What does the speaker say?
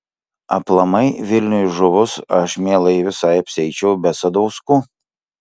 aplamai vilniui žuvus aš mielai visai apsieičiau be sadauskų